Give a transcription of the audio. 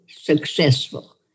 successful